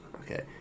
Okay